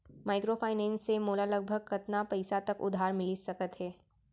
Microfinance से मोला लगभग कतना पइसा तक उधार मिलिस सकत हे?